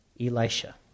Elisha